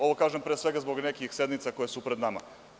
Ovo kažem, pre svega, zbog nekih sednica koje su pred nama.